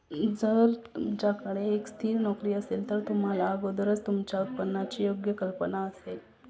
जर तुमच्याकडे एक स्थिर नोकरी असेल तर तुम्हाला अगोदरच तुमच्या उत्पन्नाची योग्य कल्पना असेल